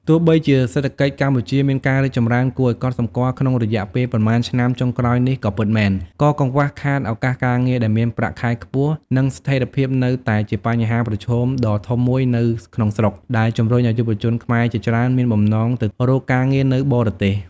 ទោះបីជាសេដ្ឋកិច្ចកម្ពុជាមានការរីកចម្រើនគួរឱ្យកត់សម្គាល់ក្នុងរយៈពេលប៉ុន្មានឆ្នាំចុងក្រោយនេះក៏ពិតមែន ក៏កង្វះខាតឱកាសការងារដែលមានប្រាក់ខែខ្ពស់ និងស្ថេរភាពនៅតែជាបញ្ហាប្រឈមដ៏ធំមួយនៅក្នុងស្រុក ដែលជំរុញឱ្យយុវជនខ្មែរជាច្រើនមានបំណងទៅរកការងារនៅបរទេស។